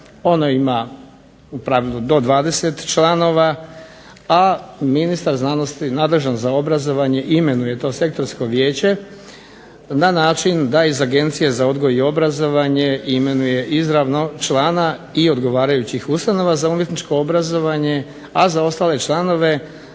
pravilu do 20 članova, a ministar znanosti nadležan za obrazovanje imenuje to sektorsko vijeće na način da iz Agencije za odgoj i obrazovanje imenuje izravno člana i odgovarajućih ustanova za umjetničko obrazovanje, a za ostale članove